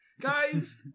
Guys